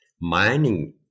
mining